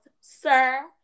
sir